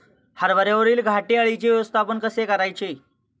हरभऱ्यावरील घाटे अळीचे व्यवस्थापन कसे करायचे?